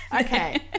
okay